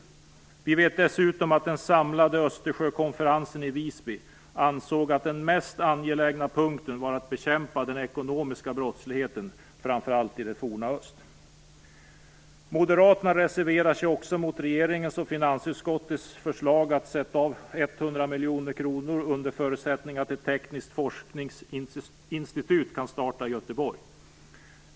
Vi vet dessutom att den samlade Östersjökonferensen i Visby ansåg att den mest angelägna punkten var att bekämpa den ekonomiska brottsligheten, framför allt i det forna öst. Moderaterna reserverar sig också mot regeringens och finansutskottets förslag att avsätta 100 miljoner kronor under förutsättning att ett tekniskt forskningsinstitut kan startas i Göteborg.